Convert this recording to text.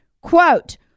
Quote